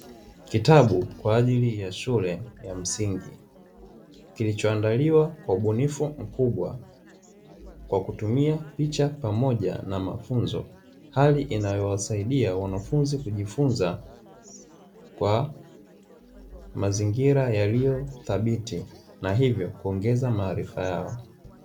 Kitabu kwa ajili ya shule ya msingi, kilichoandaliwa kwa ubunifu mkubwa kwa kutumia picha pamoja na mafunzo, hali inayowasaidia wanafunzi kujifunza kwa mazingira yaliyothabiti na hivyo kuongeza maarifa yao.